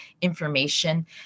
information